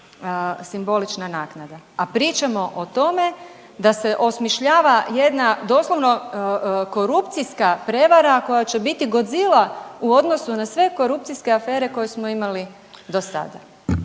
simbolična naknada, a pričamo o tome da se osmišljava jedna doslovno korupcijska prevara koja će biti Godzila u odnosu na sve korupcijske afere koje smo imali do sada.